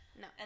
No